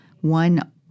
one